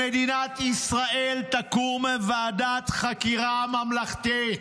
במדינת ישראל תקום ועדת חקירה ממלכתית.